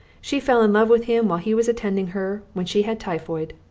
she fell in love with him while he was attending her when she had typhoid,